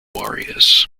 warriors